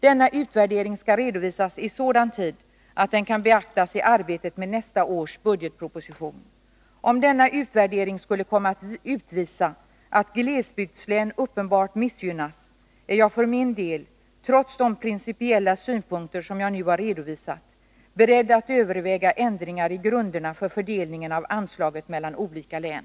Denna utvärdering skall redovisas i sådan tid att den kan beaktas i arbetet med nästa års budgetproposition. Om denna utvärdering skulle komma att utvisa att glesbygdslän uppenbart missgynnas är jag för min del, trots de principiella synpunkter som jag nu har redovisat, beredd att överväga ändringar i grunderna för fördelningen av anslaget mellan olika län.